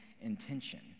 intention